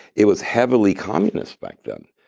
it was heavily communist back then.